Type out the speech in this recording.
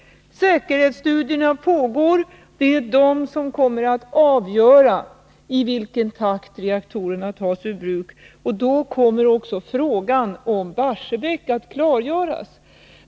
Säkerhetsstudierna pågår. Det är de som kommer att avgöra i vilken takt reaktorerna tas ur bruk, och då kommer också frågan om Barsebäck att klargöras.